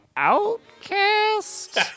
outcast